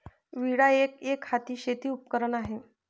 विळा एक, एकहाती शेती उपकरण आहे